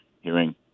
hearing